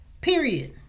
Period